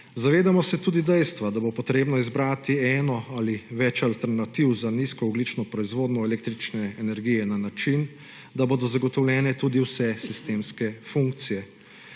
Zavedamo se tudi dejstva, da bo potrebno izbrati eno ali več alternativ za nizkoogljično proizvodnjo električne energije na način, da bodo zagotovljene tudi vse sistemske funkcije.